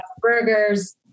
burgers